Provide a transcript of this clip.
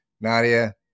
Nadia